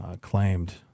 claimed